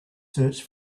search